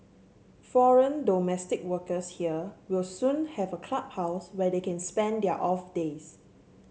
foreign domestic workers here will soon have a clubhouse where they can spend their off days